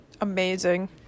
Amazing